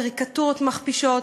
קריקטורות מכפישות.